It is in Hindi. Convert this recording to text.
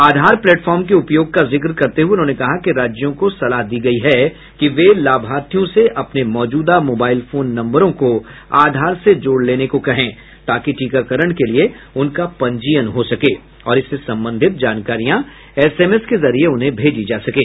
आधार प्लेटफार्म के उपयोग का जिक्र करते हुए उन्होंने कहा कि राज्यों को सलाह दी गयी है कि वे लाभार्थियों से अपने मौजूदा मोबाइल फोन नम्बरों को आधार से जोड लेने को कहें ताकि टीकाकरण के लिए उनका पंजीयन हो सके और इससे संबंधित जानकारियां एसएमएस के जरिये उन्हें भेजी जा सकें